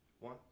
One